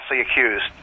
accused